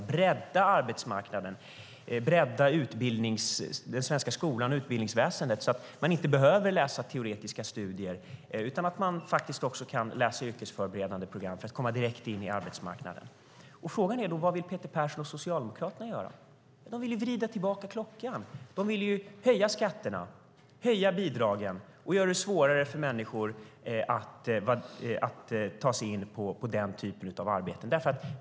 Vi vill bredda arbetsmarknaden och den svenska skolan och utbildningsväsendet så att man inte behöver läsa på teoretiska program utan kan läsa på yrkesförberedande program för att komma direkt in på arbetsmarknaden. Vad vill Peter Persson och Socialdemokraterna göra? De vill vrida tillbaka klockan. De vill höja skatterna. De vill höja bidragen och göra det svårare för människor att ta sig in på den typen av arbeten.